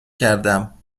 کردم